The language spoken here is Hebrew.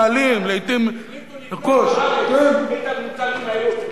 תחליטו לקנות בארץ את המוצרים הללו,